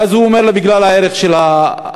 והוא אומר: בגלל הערך של הגיוס.